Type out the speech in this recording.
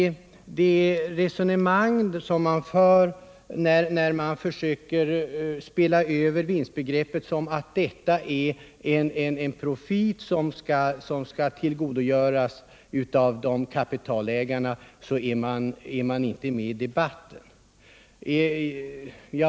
När de försöker spela över vinstbegreppet till vad de kallar en profit som kapitalägarna tillgodogör sig är de inte med i debatten.